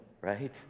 right